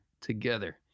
together